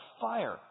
fire